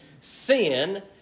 sin